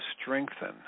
strengthen